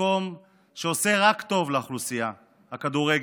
מקום שעושה רק טוב לאוכלוסייה, הכדורגל.